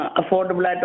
affordable